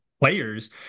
players